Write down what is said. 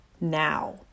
now